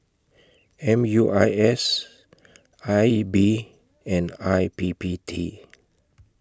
M U I S I B and I P P T